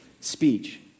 speech